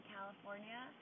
California